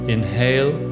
Inhale